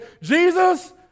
Jesus